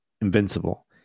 invincible